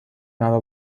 مرا